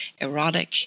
erotic